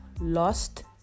Lost